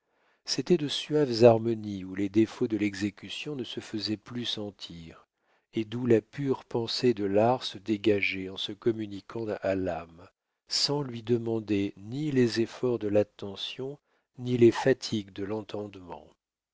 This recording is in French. c'était de suaves harmonies où les défauts de l'exécution ne se faisaient plus sentir et d'où la pure pensée de l'art se dégageait en se communiquant à l'âme sans lui demander ni les efforts de l'attention ni les fatigues de